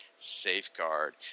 Safeguard